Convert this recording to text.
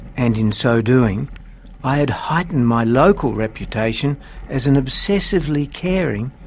and in so doing i had heightened my local reputation as an obsessively caring,